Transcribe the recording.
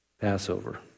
Passover